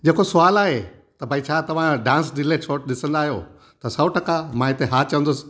जेको सुवालु आहे त भाई छा तव्हां डांस डिलैक शो ॾिसंदा आहियो त सौ टका मां हिते हा चवंदुसि